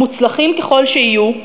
מוצלחים ככל שיהיו,